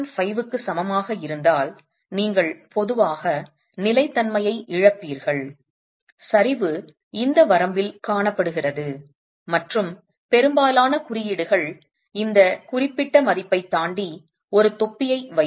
5 க்கு சமமாக இருந்தால் நீங்கள் பொதுவாக நிலைத்தன்மையை இழப்பீர்கள் சரிவு இந்த வரம்பில் காணப்படுகிறது மற்றும் பெரும்பாலான குறியீடுகள் இந்த குறிப்பிட்ட மதிப்பைத் தாண்டி ஒரு தொப்பியை வைக்கும்